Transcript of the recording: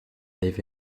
live